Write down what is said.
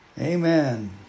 Amen